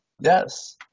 Yes